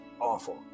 awful